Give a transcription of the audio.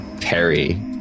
Perry